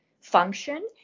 function